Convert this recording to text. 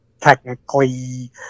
technically